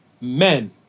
men